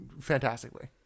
fantastically